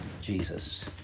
Jesus